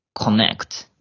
connect